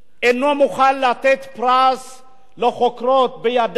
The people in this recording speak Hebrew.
אינו מוכן לתת פרס לחוקרות בידיו,